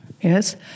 yes